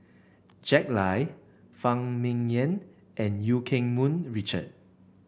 Jack Lai Phan Ming Yen and Eu Keng Mun Richard